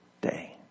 day